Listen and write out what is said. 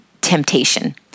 temptation